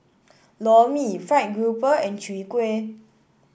Lor Mee fried grouper and Chwee Kueh